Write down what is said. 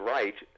Right